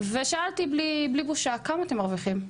שאלתי אותם בלי בושה "כמה אתם מרוויחים?",